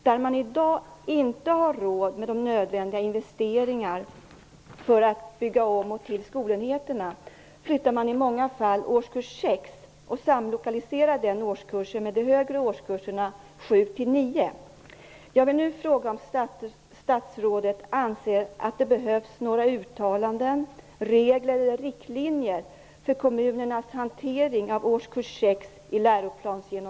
Där man i dag inte har råd med nödvändiga investeringar för att bygga om och till skolenheterna flyttar man i många fall årskurs 6 och samlokaliserar den årskursen med de högre årskurserna 7-9.